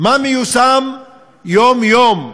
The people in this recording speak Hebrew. מה מיושם יום-יום: